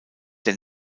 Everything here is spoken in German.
der